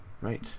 Right